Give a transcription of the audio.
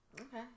Okay